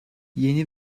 yeni